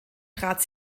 trat